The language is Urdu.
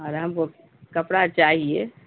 اور ہم کو کپڑا چاہیے